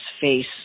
face